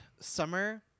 summer